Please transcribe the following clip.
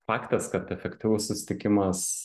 faktas kad efektyvus susitikimas